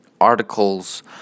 articles